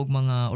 mga